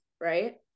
right